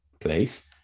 place